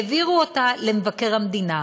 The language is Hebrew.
העבירו אותה למבקר המדינה.